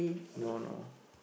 no no